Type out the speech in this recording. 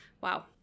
Wow